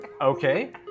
Okay